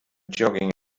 jogging